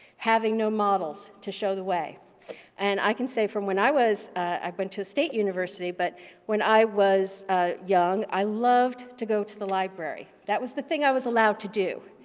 having no models to show the way and i can say from when i was, i've been to a state university, but when i was ah young i loved to go to the library. that was the thing i was allowed to do.